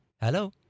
Hello